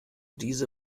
diese